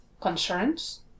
concerns